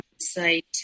site